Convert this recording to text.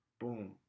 Boom